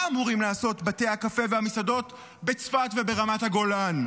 מה אמורים לעשות בתי הקפה והמסעדות בצפת וברמת הגולן?